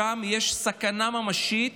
שם יש סכנה ממשית